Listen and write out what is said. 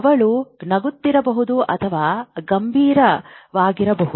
ಅವಳು ನಗುತ್ತಿರಬಹುದು ಅಥವಾ ಗಂಭೀರವಾಗಿರಬಹುದು